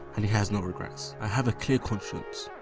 and he has no regrets. i have a clear conscience.